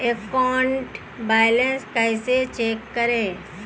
Account balance कैसे check करें?